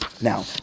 Now